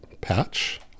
patch